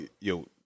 yo